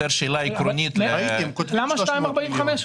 שאלה יותר עקרונית ל --- למה 2.45?